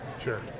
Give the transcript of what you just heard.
Sure